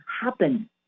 happen